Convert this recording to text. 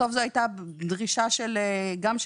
בסוף זו הייתה דרישה גם שלכם.